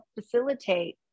facilitate